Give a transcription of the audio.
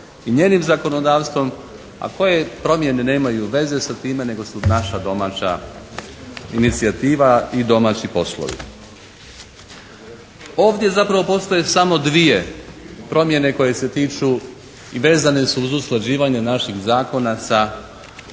i njenim zakonodavstvom, a koje promjene nemaju veze sa time nego su naša domaća inicijativa i domaći poslovi. Ovdje zapravo postoje samo dvije promjene koje se tiču i vezane su uz usklađivanje naših zakona sa